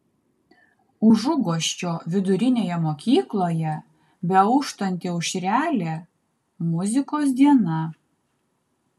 užuguosčio vidurinėje mokykloje beauštanti aušrelė muzikos diena